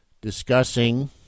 discussing